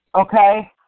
okay